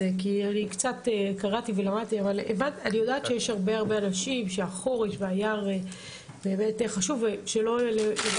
קראתי ולמדתי ואני יודעת שיש הרבה אנשים שהחורש והיער חשובים להם.